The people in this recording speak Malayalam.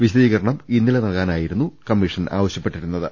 വിശദീ കരണം ഇന്നലെ നൽകാനായിരുന്നു കമ്മീഷൻ ആവശ്യപ്പെട്ടിരുന്ന ത്